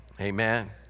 Amen